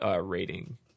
rating